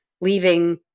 leaving